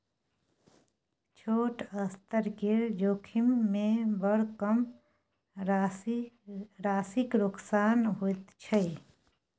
छोट स्तर केर जोखिममे बड़ कम राशिक नोकसान होइत छै